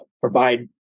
provide